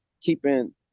keeping